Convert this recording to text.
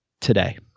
today